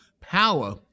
power